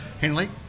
Henley